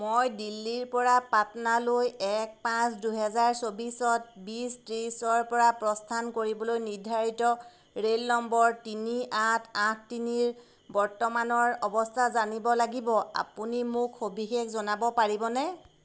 মই দিল্লীৰপৰা পাটনালৈ এক পাঁচ দুহেজাৰ চৌবিছত বিছ ত্ৰিছৰপৰা প্ৰস্থান কৰিবলৈ নিৰ্ধাৰিত ৰে'ল নম্বৰ তিনি আঠ আঠ তিনিৰ বৰ্তমানৰ অৱস্থা জানিব লাগিব আপুনি মোক সবিশেষ জনাব পাৰিবনে